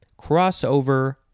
crossover